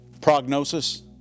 Prognosis